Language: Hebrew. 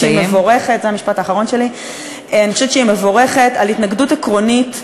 בעלי-החיים כל עוד הם בחיים לבין מה שאנחנו כבני-אדם,